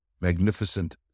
magnificent